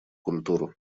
культуру